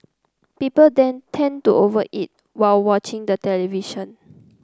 people then tend to over eat while watching the television